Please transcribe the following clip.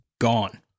gone